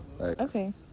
Okay